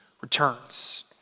returns